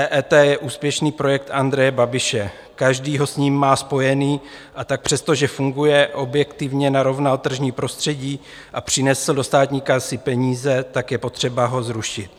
EET je úspěšný projekt Andreje Babiše, každý ho s ním má spojený, a tak přestože funguje, objektivně narovnal tržní prostředí a přinesl do státní kasy peníze, tak je potřeba ho zrušit.